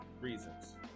reasons